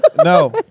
No